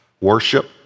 Worship